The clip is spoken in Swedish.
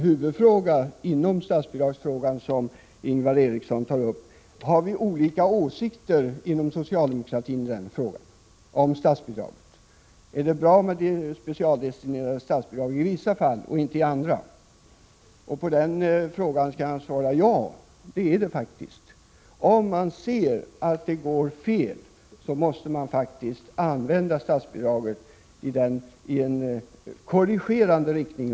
Huvudfrågan i det som Ingvar Eriksson tar upp beträffande statsbidragen är om vi inom socialdemokratin har olika åsikter om dessa statsbidrag. Är det bra med specialdestinerade statsbidrag i vissa fall men inte i andra? På den frågan skall jag svara ja. Så är det faktiskt. Om man ser att utvecklingen går åt fel håll, måste man använda statsbidragen i korrigerande riktning.